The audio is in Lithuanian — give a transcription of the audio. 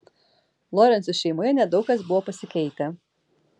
lorencų šeimoje nedaug kas buvo pasikeitę